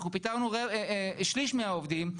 אנחנו פיטרנו שליש מהעובדים,